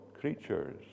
creatures